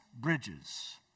bridges